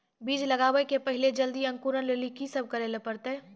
बीज लगावे के पहिले जल्दी अंकुरण लेली की सब करे ले परतै?